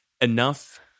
enough